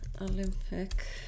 Olympic